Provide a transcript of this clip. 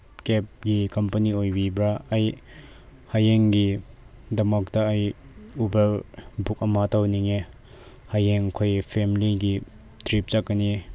ꯀꯦꯕꯀꯤ ꯀꯝꯄꯅꯤ ꯑꯣꯏꯕꯤꯕ꯭ꯔꯥ ꯑꯩ ꯍꯌꯦꯡꯒꯤꯗꯃꯛꯇ ꯑꯩ ꯎꯕꯔ ꯕꯨꯛ ꯑꯃ ꯇꯧꯅꯤꯡꯉꯦ ꯍꯌꯦꯡ ꯑꯩꯈꯣꯏ ꯐꯦꯃꯤꯂꯤꯒꯤ ꯇ꯭ꯔꯤꯞ ꯆꯠꯀꯅꯤ